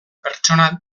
pertsona